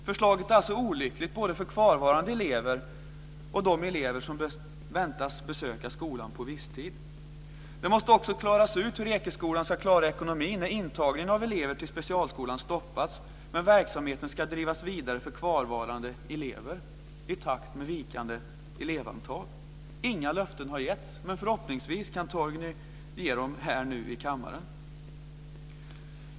Förslaget är alltså olyckligt både för kvarvarande elever och för de elever som förväntas besöka skolan på Det måste också redas ut hur Ekeskolan ska klara ekonomin när intagningen av elever till specialskolan stoppats men verksamheten ska drivas vidare för kvarvarande elever i takt med vikande elevantal. Inga löften har getts, men förhoppningsvis kan Torgny ge dem här nu i kammaren.